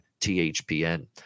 THPN